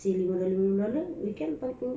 save lima dollar lima dollar weekend pangkeng ah